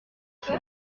sur